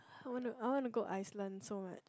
I want to I want to go Iceland so